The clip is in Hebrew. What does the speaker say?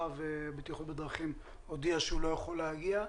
והבטיחות בדרכים הודיע שהוא לא יכול להגיע,